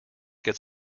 get